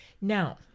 Now